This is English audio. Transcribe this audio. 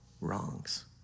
wrongs